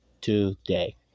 today